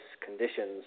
conditions